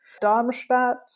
Darmstadt